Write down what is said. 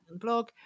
blog